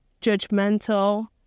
judgmental